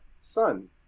sun